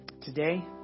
Today